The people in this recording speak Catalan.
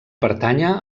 pertànyer